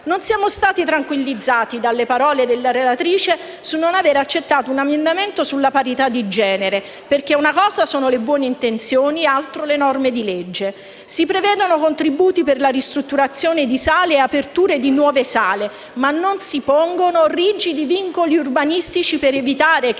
Non siamo stati tranquillizzati dalle parole della relatrice sul non avere accettato un emendamento sulla parità di genere, perché una cosa sono le buone intenzioni, altro le norme di legge. Si prevedono contributi per la ristrutturazione di sale e apertura di nuove sale, ma non si pongono rigidi vincoli urbanistici per evitare la